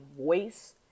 voice